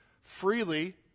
Freely